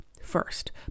first